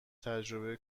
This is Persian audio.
تجربه